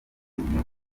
ibinyoma